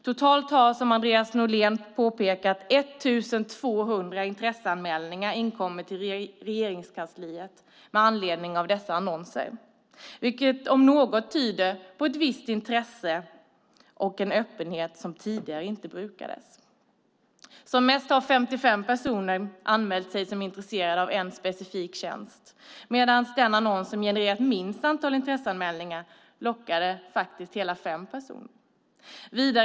Totalt har, som Andreas Norlén har påpekat, 1 200 intresseanmälningar inkommit till Regeringskansliet med anledning av dessa annonser, vilket om något tyder på ett visst intresse och en öppenhet som tidigare inte brukades. Som mest har 55 personer anmält sig som intresserade av en specifik tjänst. Den annons som genererat minst antal intresseanmälningar lockade faktiskt hela fem personer.